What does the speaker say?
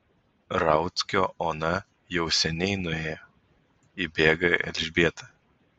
rauckio ona jau seniai nuėjo įbėga elžbieta